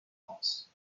france